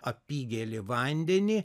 apygėlį vandenį